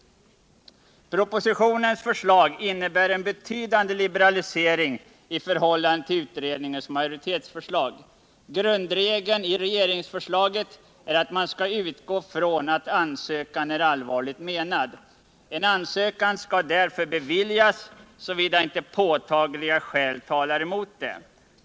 Propositionens förslag innebär en betydande liberalisering i förhållande till utredningens majoritetsförslag. Grundregeln i regeringsförslaget är att man skall utgå från att ansökan är allvarligt menad. En ansökan skall därför beviljas såvida inte påtagliga skäl talar mot detta.